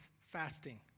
fasting